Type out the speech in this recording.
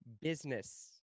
business